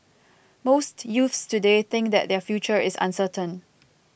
most youths today think that their future is uncertain